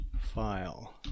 file